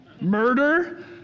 Murder